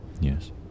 yes